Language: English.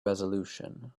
resolution